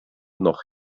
noch